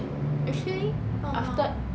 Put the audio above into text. actually after